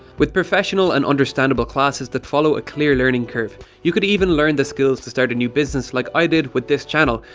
with professional and understandable classes, that follow a clear learning curve. you could even learn the skills to start a new business like i did for this channel,